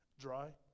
Dry